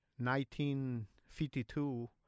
1952